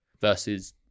versus